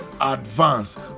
advance